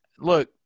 Look